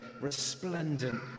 resplendent